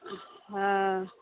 हँ